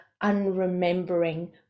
unremembering